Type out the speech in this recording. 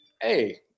Hey